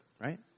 right